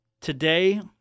Today